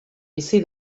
bizi